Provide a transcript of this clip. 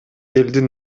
элдин